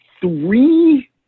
Three